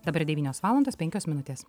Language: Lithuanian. dabar devynios valandos penkios minutės